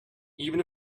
even